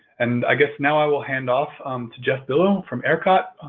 and i guess now i will hand off um to jeff billo from ercot,